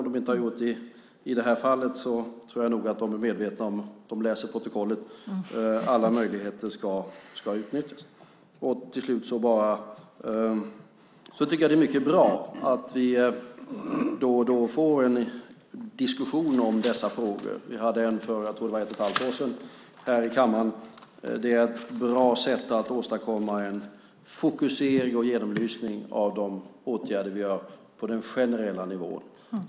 Om de inte har gjort det i det här fallet tror jag nog att de är medvetna om - de läser protokollet - att alla möjligheter ska utnyttjas. Det är mycket bra att vi då och då får en diskussion om dessa frågor. Vi hade en för ett och ett halvt år sedan, tror jag, här i kammaren. Det är ett bra sätt att åstadkomma en fokusering och genomlysning av de åtgärder vi vidtar på den generella nivån.